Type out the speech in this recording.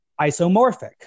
isomorphic